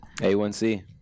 A1C